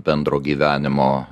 bendro gyvenimo